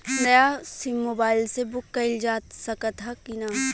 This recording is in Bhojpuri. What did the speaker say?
नया सिम मोबाइल से बुक कइलजा सकत ह कि ना?